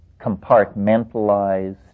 compartmentalized